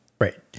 Right